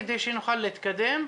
כדי שנוכל להתקדם.